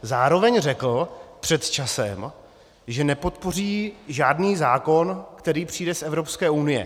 Zároveň řekl před časem, že nepodpoří žádný zákon, který přijde z Evropské unie.